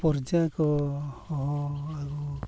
ᱯᱨᱚᱡᱟ ᱠᱚᱦᱚᱸ ᱟᱹᱜᱩ